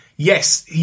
Yes